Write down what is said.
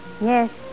Yes